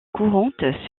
courante